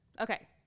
Okay